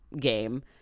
game